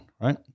right